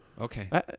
Okay